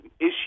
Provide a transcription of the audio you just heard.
issue